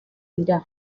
dira